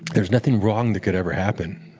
there's nothing wrong that could ever happen.